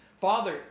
Father